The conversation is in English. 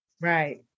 Right